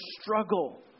struggle